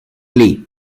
glee